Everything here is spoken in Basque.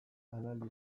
analisi